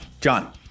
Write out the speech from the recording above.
John